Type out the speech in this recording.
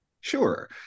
Sure